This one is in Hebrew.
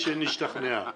אני בן אדם חרדי,